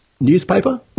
Newspaper